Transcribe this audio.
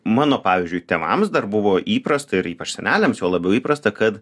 mano pavyzdžiui tėvams dar buvo įprasta ir ypač seneliams juo labiau įprasta kad